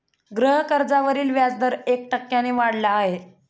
गृहकर्जावरील व्याजदर एक टक्क्याने वाढला आहे